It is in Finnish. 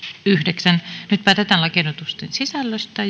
yhdeksän nyt päätetään lakiehdotusten sisällöstä